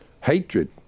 Hatred